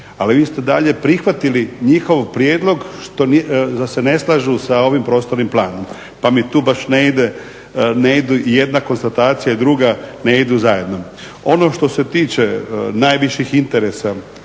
Ali vi ste dalje prihvatili njihov prijedlog da se ne slažu s ovim prostornim planom. Pa mi tu baš ne ide i jedna konstatacija i druga, ne idu zajedno. Ono što se tiče najviših interesa,